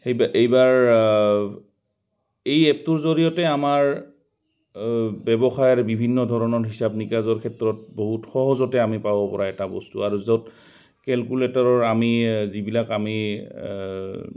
সেই এইবাৰ এই এপটোৰ জৰিয়তে আমাৰ ব্যৱসায়ৰ বিভিন্ন ধৰণৰ হিচাপ নিকাজৰ ক্ষেত্ৰত বহুত সহজতে আমি পাব পৰা এটা বস্তু আৰু য'ত কেলকুলেটাৰৰ আমি যিবিলাক আমি